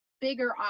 bigger